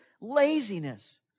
laziness